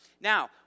Now